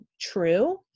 true